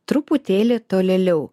truputėlį tolėliau